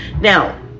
Now